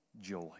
joy